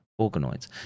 organoids